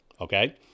Okay